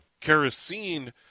kerosene